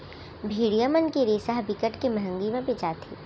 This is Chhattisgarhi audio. भेड़िया मन के रेसा ह बिकट के मंहगी म बेचाथे